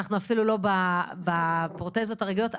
ואנחנו אפילו לא בפרוטזות הרגילות.